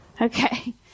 Okay